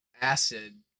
Acid